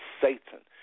Satan